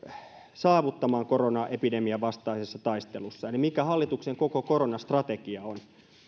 saavuttamaan koronaepidemian vastaisessa taistelussa eli mikä hallituksen koko koronastrategia on